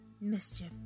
Mischief